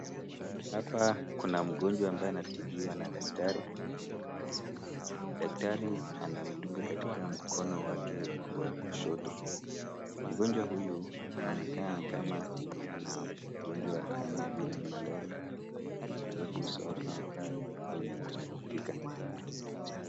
Hapa kuna mgonjwa ambaye anatibiwa na daktari. Daktari anamdunga katika mkono wake wa kushoto. Mgonjwa huyu anaonekana kama ugonjwa kama vile Malaria kwa sababu uso wake umekaa wenye kudhoofika.